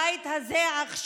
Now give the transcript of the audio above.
הבית הזה עכשיו